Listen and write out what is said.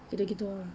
gitu-gitu ah